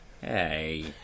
Hey